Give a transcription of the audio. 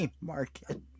market